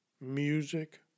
music